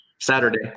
saturday